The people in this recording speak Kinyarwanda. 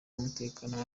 umutekano